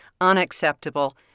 unacceptable